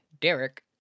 Derek